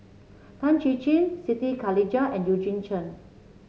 Tan Chin Chin Siti Khalijah and Eugene Chen